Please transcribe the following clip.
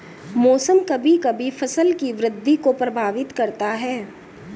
मौसम कभी कभी फसल की वृद्धि को प्रभावित करता है